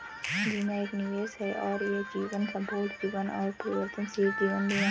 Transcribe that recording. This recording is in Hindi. बीमा एक निवेश है और यह जीवन, संपूर्ण जीवन और परिवर्तनशील जीवन बीमा है